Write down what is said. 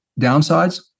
downsides